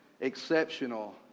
exceptional